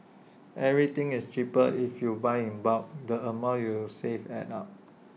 everything is cheaper if you buy in bulk the amount you save adds up